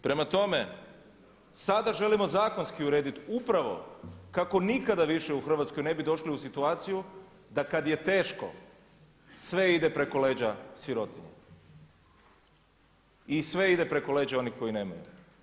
Prema tome, sada želimo zakonski uredit upravo kako nikada više u Hrvatskoj ne bi došli u situaciju da kada je teško sve ide preko leđa sirotinje i sve ide preko leđa onih koji nemaju.